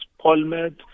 PolMed